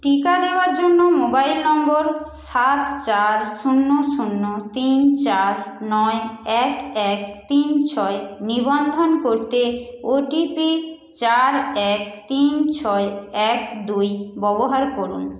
টিকা দেওয়ার জন্য মোবাইল নম্বর সাত চার শূন্য শূন্য তিন চার নয় এক এক তিন ছয় নিবন্ধন করতে ওটিপি চার এক তিন ছয় এক দুই ব্যবহার করুন